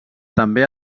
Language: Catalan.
també